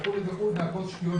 והכול שטויות.